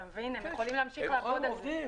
הם יכולים להמשיך לעבוד על זה.